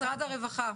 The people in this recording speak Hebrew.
משרד הרווחה,